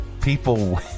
people